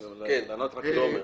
כן, תומר.